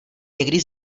někdy